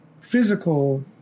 physical